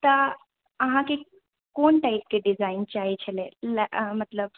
तऽ अहाँकेँ कोन टाइपके डिजाइन चाही छलै लऽ मतलब